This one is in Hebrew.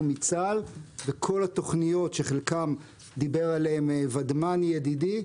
מצה"ל וכל התכניות שחלקן דיבר עליהן ודמני ידידי,